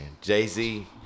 jay-z